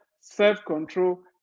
self-control